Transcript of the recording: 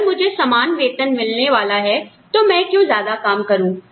अगर मुझे समान वेतन मिलने वाला है तो मैं क्यों ज्यादा काम करूँ